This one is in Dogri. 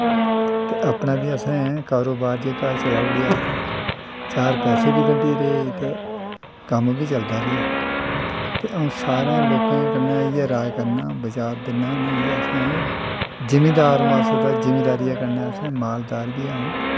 ते अपना बी जेह्का असें कारोबार जेह्का चलाई ओड़ेआ चार पैसे बी गंड्ढी रेह् ते कम्म बी चलदा रेहा ते अ'ऊं सारें लोकें कन्नै इ'यै राए करना बचार दिन्ना केह् असें जमींदार ऐं अस तां जमींदारियै कन्नै मालदार बी ऐ